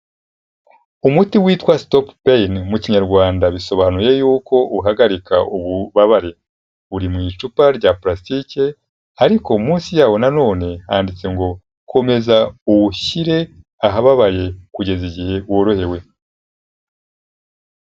Umuti witwa Stopain mu Kinyarwanda bisobanuye yuko uhagarika ububabare, uri mu icupa rya pulastike ariko munsi yawo na none handitse ngo komeza uwushyire ahababaye kugeza igihe worohewe.